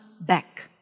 back